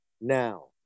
now